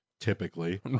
typically